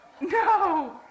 No